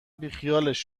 بیخیالش